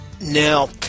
Now